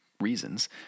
reasons